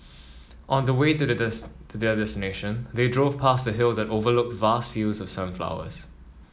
on the way to their to their destination they drove past a hill that overlooked vast fields of sunflowers